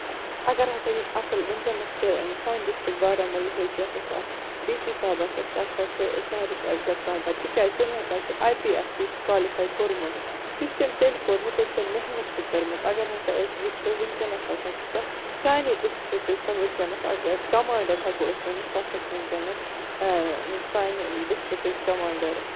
اَگر ہسا یم اَصٕل ؤنکیٚنَس چھِ سانہِ ڈِسٹرکٹ بارامولاچہِ یۄس ہسا ڈی سی صٲحبہ ہسا سۄ ہسا چھِ سیہرِش اَسگر صاحبہ تِکیٛازِ تٔمۍ ہسا چھِ آی پی ایس کالِفےَ کوٚرمُت سُہ چھُ تٔمۍ تیٚلہِ کوٚرمُت ییٚلہِ تٔمۍ محنت چھےٚ کٔرمٕژ اَگر ہسا أسۍ وُچھو ؤنکیٚنس ہسا چھِ سۄ سانہِ ڈِسٹرکٕچ سۄ ؤنکیٚنَس اَگر کَمانٛڈر ہیٚکو أسۍ ؤنِتھ سۄ ہسا چھِ ؤنکیٚنَس سانہِ ڈِسٹرکٔچ کَمانٛڈر